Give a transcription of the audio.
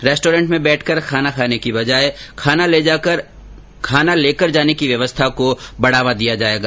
रेस्टरोंरेंट में बैठकर खाना खाने की बजाय खाना ले कर जाने की व्यवस्था को बढ़ावा दिया जाएगा